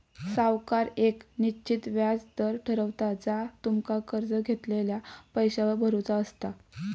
सावकार येक निश्चित व्याज दर ठरवता जा तुमका कर्ज घेतलेल्या पैशावर भरुचा असता